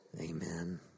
Amen